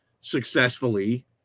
Successfully